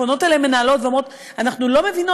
פונות אלי מנהלות ואומרות: אנחנו לא מבינות